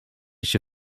się